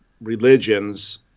religions